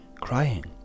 crying